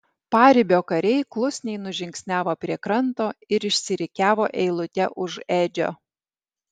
paribio kariai klusniai nužingsniavo prie kranto ir išsirikiavo eilute už edžio